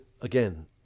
again